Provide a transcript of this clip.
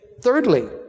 Thirdly